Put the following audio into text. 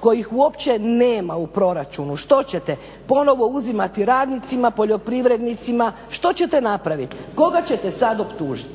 kojih uopće nema u proračunu. Što ćete? Ponovo uzimati radnicima, poljoprivrednicima. Što ćete napraviti? Koga ćete sad optužiti?